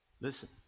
Listen